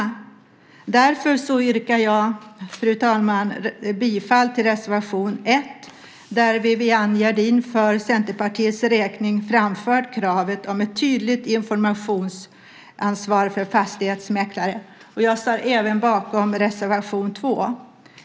Därför yrkar jag, fru talman, bifall till reservation 1 där Viviann Gerdin för Centerpartiets räkning framfört kravet om ett tydligt informationsansvar för fastighetsmäklare. Jag står även bakom reservation 2.